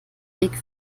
weg